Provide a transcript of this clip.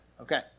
Okay